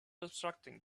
obstructing